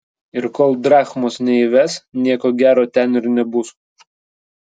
ir kol drachmos neįves nieko gero ten ir nebus